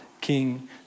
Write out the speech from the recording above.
King